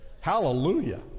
Hallelujah